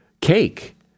Cake